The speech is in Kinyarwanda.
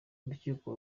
urukiko